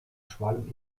schwalm